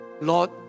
Lord